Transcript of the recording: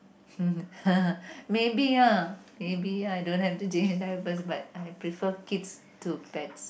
maybe ah maybe I don't have to change diapers but I prefer kids to pets